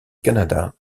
canada